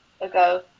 ago